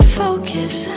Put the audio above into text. focus